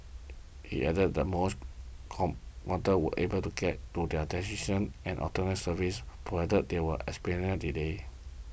he added that most commuters were able to get to services provided they were experienced delay